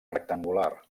rectangular